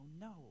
no